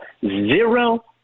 zero